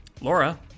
laura